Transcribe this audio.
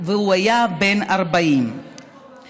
והוא היה בן 40. אני